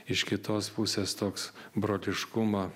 iš kitos pusės toks broliškuma